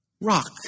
Rock